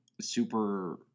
super